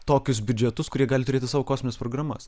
tokius biudžetus kurie gali turėti savo kosmines programas